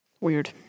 Weird